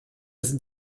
sind